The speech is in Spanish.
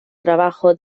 trabajo